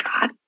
God